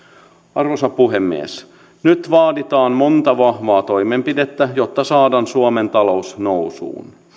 arvoisa puhemies nyt vaaditaan monta vahvaa toimenpidettä jotta saadaan suomen talous nousuun